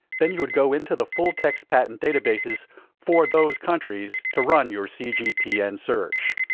then you would go into the full-text patent databases for those countries to run your cgpn search.